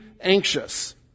anxious